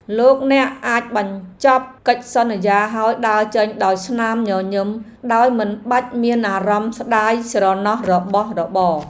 លោកអ្នកអាចបញ្ចប់កិច្ចសន្យាហើយដើរចេញដោយស្នាមញញឹមដោយមិនបាច់មានអារម្មណ៍ស្ដាយស្រណោះរបស់របរ។